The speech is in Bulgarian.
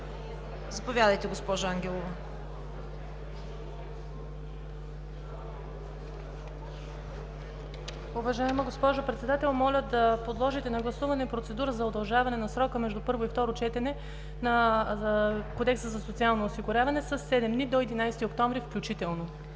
заповядайте, госпожо Ангелова.